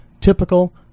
typical